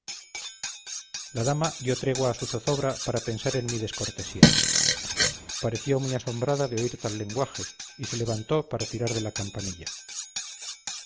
la dama dio tregua a su zozobra para pensar en mi descortesía pareció muy asombrada de oír tal lenguaje y se levantó para tirar de la campanilla